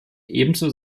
ebenso